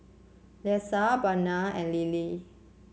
Leisa Bianca and Lilly